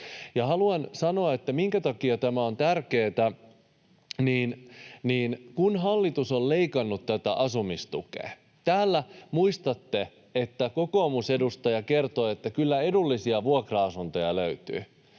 Haluan sanoa, minkä takia tämä on tärkeätä: Kun hallitus on leikannut tätä asumistukea, niin muistatte, että täällä kokoomusedustaja kertoi, että kyllä edullisia vuokra-asuntoja löytyy